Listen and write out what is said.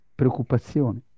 preoccupazione